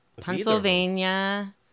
Pennsylvania